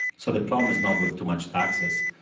so the problem is not with too much taxes.